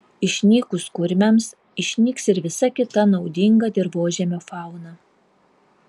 išnykus kurmiams išnyks ir visa kita naudinga dirvožemio fauna